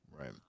Right